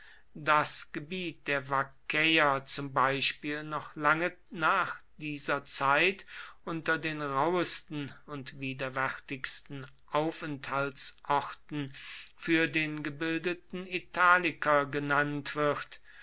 das gebiet der vaccäer zum beispiel noch lange nach dieser zeit unter den rauhesten und widerwärtigsten aufenthaltsorten für den gebildeten italiker genannt wird